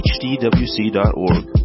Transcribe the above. hdwc.org